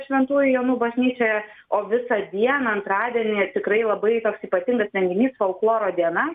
šventųjų jonų bažnyčioje o visą dieną antradienį tikrai labai toks ypatingas renginys folkloro diena